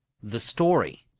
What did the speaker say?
the story